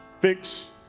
fix